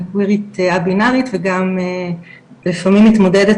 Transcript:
אני קווירית א-בינארית וגם לפעמים מתמודדת